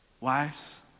wives